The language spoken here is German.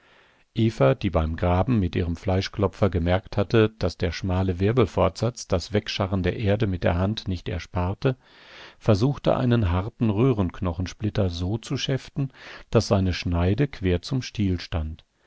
die beim graben mit ihrem fleischklopfer gemerkt hatte daß der schmale wirbelfortsatz das wegscharren der erde mit der hand nicht ersparte versuchte einen harten röhrenknochensplitter so zu schäften daß seine schneide quer zum stiel